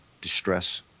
distress